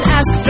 ask